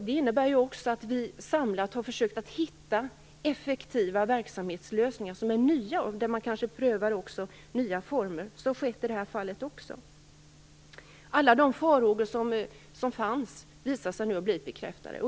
Det innebär också att vi samlat har försökt hitta nya effektiva verksamhetslösningar. Man kanske prövar nya former. Så har skett i det här fallet också. Alla farhågor som fanns visar sig nu ha blivit bekräftade.